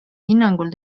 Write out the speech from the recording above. hinnangul